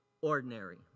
Ordinary